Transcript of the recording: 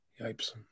Yipes